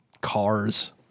cars